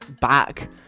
back